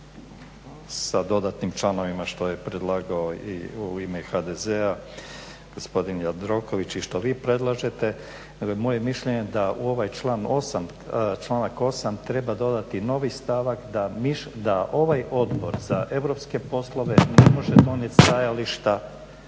sa dodatnim članovima što je predlagao i u ime HDZ-a gospodin Jandroković i što vi predlažete. Moje mišljenje je da u ovaj članak 8. treba dodati novi stavak da ovaj Odbor za europske poslove ne može donijet stajališta